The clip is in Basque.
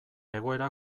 egoera